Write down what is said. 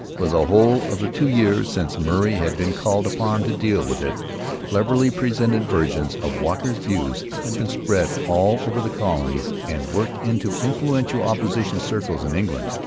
for the whole of the two years since murray had been called upon to deal with it cleverly presented versions of walker's views had been spread all over the colonies and worked into influential opposition circles in england.